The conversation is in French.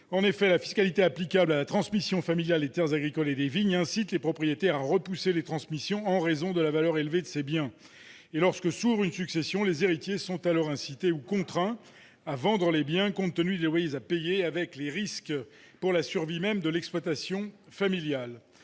ans. La fiscalité applicable à la transmission familiale des terres agricoles et des vignes incite les propriétaires à repousser les transmissions en raison de la valeur élevée de ces biens. Ainsi, lorsque s'ouvre une succession, les héritiers sont incités ou contraints à vendre les biens, compte tenu des droits à payer, avec des risques pour la survie même de l'exploitation familiale.